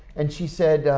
and she said,